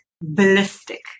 ballistic